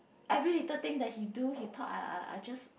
every little thing that he do he talk I I I just